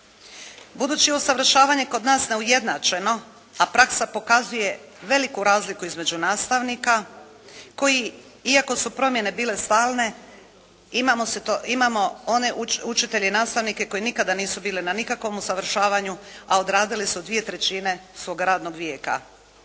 Budući da je usavršavanje kod nas neujednačeno, a praksa pokazuje veliku razliku između nastavnika koji, iako su promjene bile stalne, imamo one učitelje i nastavnike koji nikada nisu bili na nikakvom usavršavanju, a odradili su 2/3 svog radnog vijeka.